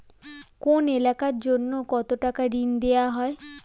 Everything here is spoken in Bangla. কোন এলাকার জন্য কত টাকা ঋণ দেয়া হয়?